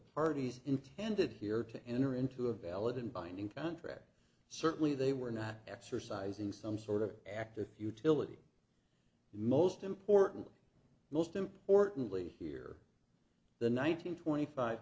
parties intended here to enter into a valid and binding contract certainly they were not exercising some sort of act of futility most important most importantly here the nine hundred twenty five